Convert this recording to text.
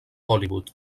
hollywood